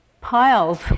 piles